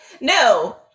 no